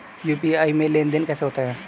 UPI में लेनदेन कैसे होता है?